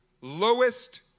lowest